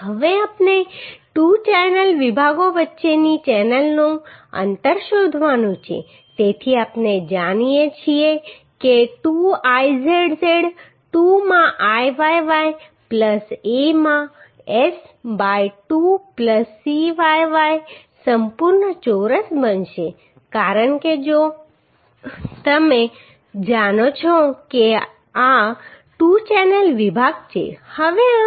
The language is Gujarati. હવે આપણે 2 ચેનલ વિભાગો વચ્ચેની ચેનલોનું અંતર શોધવાનું છે તેથી આપણે જાણીએ છીએ કે 2 Izz 2 માં Iyy A માં s બાય 2 Cyy સંપૂર્ણ ચોરસ બનશે કારણ કે જો તમે જાણો છો કે આ 2 ચેનલ વિભાગ છે